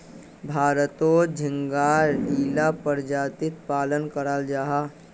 भारतोत झिंगार इला परजातीर पालन कराल जाहा